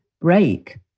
break